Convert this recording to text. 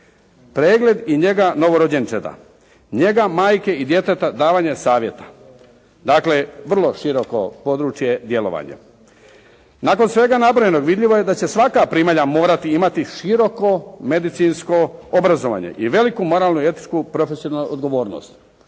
Pregled i njega novorođenčeta, njega majke i djeteta, davanje savjeta. Dakle, vrlo široko područje djelovanja. Nakon svega nabrojenog vidljivo je da će svaka primanja morati imati široko medicinsko obrazovanje i veliku moralnu i etičku profesionalnu odgovornost.